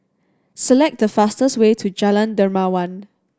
select the fastest way to Jalan Dermawan